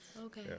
Okay